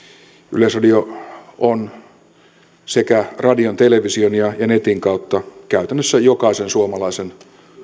yleisradio on radion television ja netin kautta käytännössä jokaisen suomalaisen